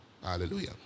Hallelujah